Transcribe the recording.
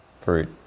fruit